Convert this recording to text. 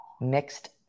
Mixed